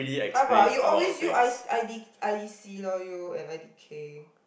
how about you always use I I D I_D_C lor you and I_D_K